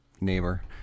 neighbor